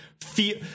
feel